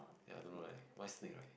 ya I don't know right why snake right